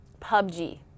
PUBG